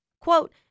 Quote